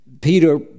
Peter